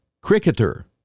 cricketer